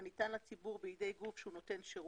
הניתן לציבור בידי גוף שהוא נותן שירות,